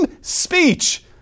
speech